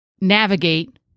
navigate